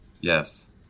Yes